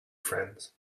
friends